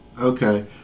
Okay